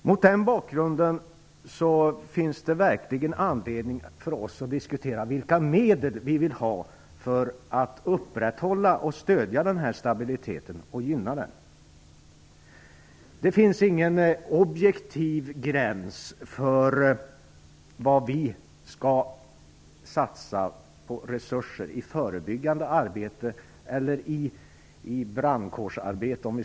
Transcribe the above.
Mot den bakgrunden finns det verkligen anledning för oss att diskutera vilka medel vi vill ha för att upprätthålla, stödja och gynna stabiliteten. Det finns ingen objektiv gräns för om vi skall satsa på resurser i förebyggande arbete eller i "brandkårsarbete".